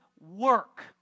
work